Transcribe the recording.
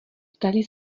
ptali